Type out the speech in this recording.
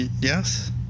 yes